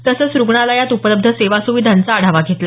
तसंच रुग्णालयात उपलब्ध सेवा सुविधांचा आढावा घेतला